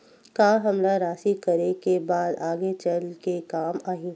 का हमला राशि करे के बाद आगे चल के काम आही?